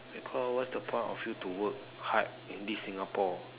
what is the point of you to work hard in this Singapore